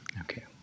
okay